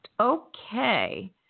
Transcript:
Okay